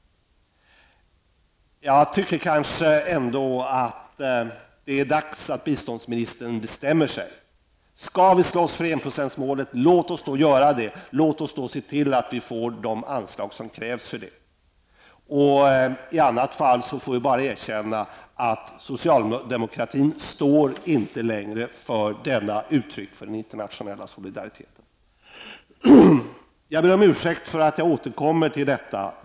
Jag tycker ändå att det är dags att biståndsministern bestämmer sig. Skall vi slåss för enprocentsmålet, så låt oss då göra det! Låt oss då se till att vi får de anslag som krävs för det. I annat fall får vi bara erkänna att socialdemokratin inte längre står för detta uttryck för den internationella solidariteten. Jag ber om ursäkt för att jag återkommer till detta.